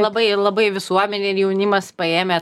labai labai visuomenė ir jaunimas paėmę